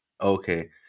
Okay